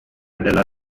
della